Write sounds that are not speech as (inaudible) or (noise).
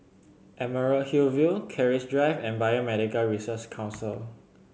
Emerald Hill (unintelligible) Keris Drive and Biomedical (unintelligible) Council